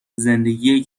زندگی